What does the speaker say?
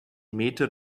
meter